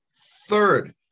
Third